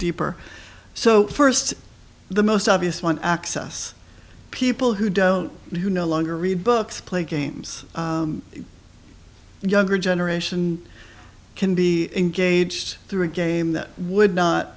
deeper so first the most obvious one access people who don't know who no longer read books play games younger generation can be engaged through a game that would not